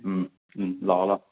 ꯎꯝ ꯂꯥꯛꯑꯣ ꯂꯥꯛꯑꯣ